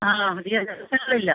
ആ അധിക ദിവസങ്ങളില്ല